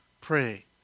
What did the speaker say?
pray